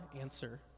answer